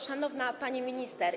Szanowna Pani Minister!